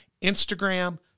Instagram